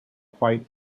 quite